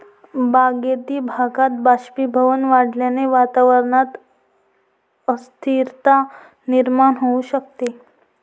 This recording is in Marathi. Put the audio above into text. बागायती भागात बाष्पीभवन वाढल्याने वातावरणात अस्थिरता निर्माण होऊ शकते